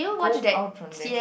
go out from that